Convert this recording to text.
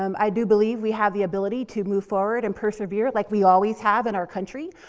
um i do believe we have the ability to move forward and persevere like we always have in our country.